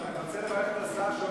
אני רוצה לברך את השר שעוד